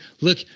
look